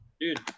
Dude